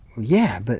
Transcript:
yeah, but